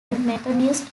methodist